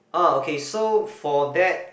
orh okay so for that